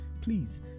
please